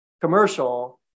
commercial